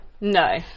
no